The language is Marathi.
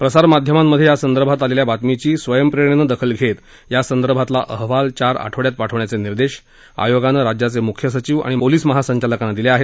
प्रसारमाध्यमांमध्ये या संदर्भात आलेल्या बातमीची स्वयं प्रेरणेने दखल घेत यासंदर्भातला अहवाल चार आठवड्यात पाठवण्याचे निर्देश आयोगानं राज्याचे मुख्य सचिव आणि पोलिस महासंचालकांना दिले आहेत